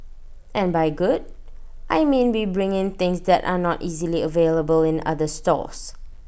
and by good I mean we bring in things that are not easily available in other stores